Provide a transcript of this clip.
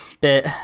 bit